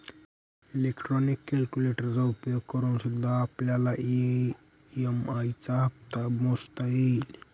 electronic कैलकुलेटरचा उपयोग करूनसुद्धा आपल्याला ई.एम.आई चा हप्ता मोजता येईल